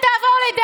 זאת